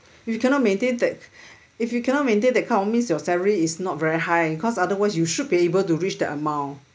you cannot maintain that if you cannot maintain that kind of means your salary is not very high cause otherwise you should be able to reach the amount